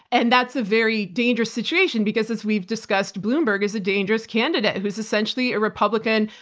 and that's a very dangerous situation because as we've discussed, bloomberg is a dangerous candidate who is essentially a republican,